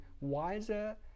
wiser